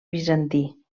bizantí